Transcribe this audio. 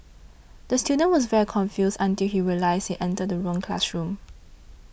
the student was very confused until he realised he entered the wrong classroom